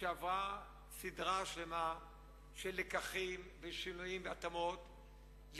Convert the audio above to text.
שעברה סדרה שלמה של לקחים ושינויים והתאמות,